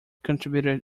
contributed